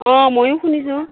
অ ময়ো শুনিছোঁ